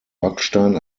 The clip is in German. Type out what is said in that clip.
backstein